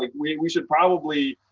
like we we should probably,